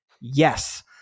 Yes